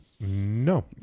No